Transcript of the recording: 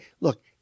look